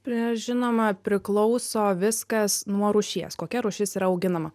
prie žinoma priklauso viskas nuo rūšies kokia rūšis yra auginama